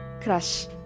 crush